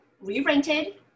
re-rented